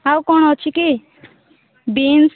ଆଉ କଣ ଅଛି କି ବିନ୍ସ